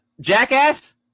Jackass